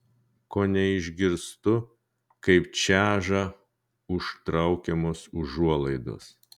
kone išgirstu kaip čeža užtraukiamos užuolaidos